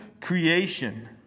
creation